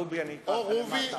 רובי אני אקרא לך למטה.